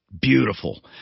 beautiful